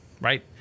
right